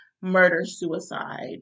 murder-suicide